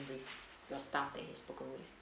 with your staff that he was spoken with